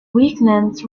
weakened